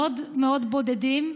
מאוד בודדים.